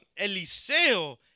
Eliseo